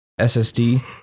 SSD